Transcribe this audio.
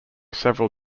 several